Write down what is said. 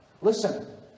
Listen